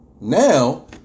now